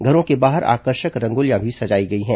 घरों के बाहर आकर्षक रंगोलियां भी सजाई गई है